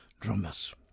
drummers